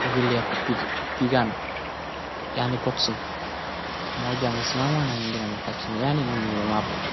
vile ya kupigana yaani boxing mmoja amesimama na mwingine amekaa chini yani ni mlemavu.